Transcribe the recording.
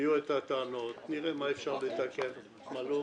תביאו את התקנות, נראה מה אפשר לתקן, מה לא.